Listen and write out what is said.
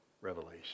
revelation